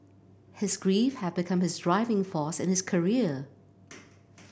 his grief had become his driving force in his career